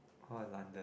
or London